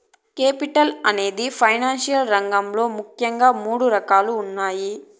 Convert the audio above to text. capital అనేది finance రంగంలో ముఖ్యంగా మూడు రకాలుగా ఉన్నాయి